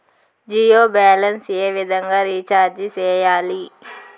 Jio balance ఏ విధంగా recharge సేయాలి?